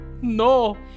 no